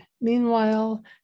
Meanwhile